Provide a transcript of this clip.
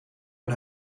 hun